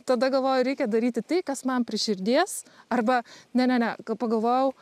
tada galvoju reikia daryti tai kas man prie širdies arba ne ne ne ga pagalvojau